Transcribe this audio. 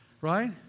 right